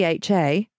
DHA